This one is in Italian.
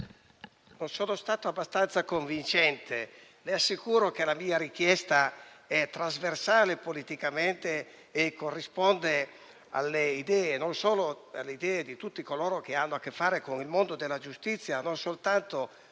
sono stato abbastanza convincente, ma le assicuro che la mia richiesta è politicamente trasversale e corrisponde alle idee di tutti coloro che hanno a che fare con il mondo della giustizia, non soltanto